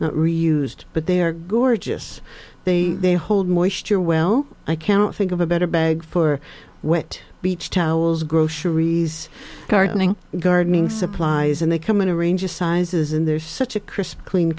reuse but they are gorgeous they they hold moisture well i can't think of a better bag for wet beach towels groceries gardening gardening supplies and they come in a range of sizes and they're such a crisp clean